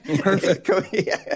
Perfect